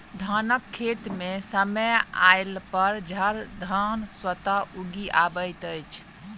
धानक खेत मे समय अयलापर झड़धान स्वतः उगि अबैत अछि